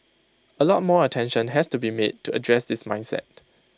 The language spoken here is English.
A lot more attention has to be made to address this mindset